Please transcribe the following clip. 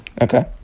Okay